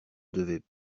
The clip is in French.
devait